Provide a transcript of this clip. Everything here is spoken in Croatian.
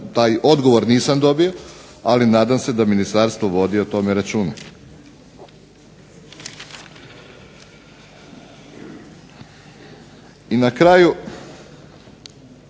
taj odgovor nisam dobio, ali nadam se da ministarstvo o tome vodi računa. I na kraju